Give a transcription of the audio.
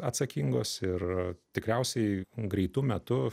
atsakingos ir tikriausiai greitu metu